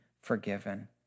forgiven